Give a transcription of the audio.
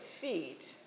feet